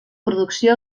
producció